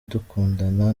dukundana